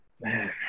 Man